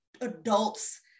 adults